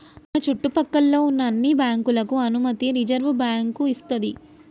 మన చుట్టు పక్కల్లో ఉన్న అన్ని బ్యాంకులకు అనుమతి రిజర్వుబ్యాంకు ఇస్తది